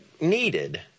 needed